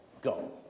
Go